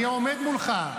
הינה, אני עומד מולך.